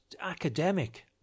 academic